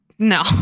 No